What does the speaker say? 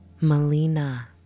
Melina